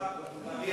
לצערי הרב,